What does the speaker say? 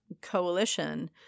coalition